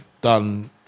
done